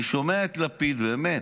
אני שומע את לפיד, באמת,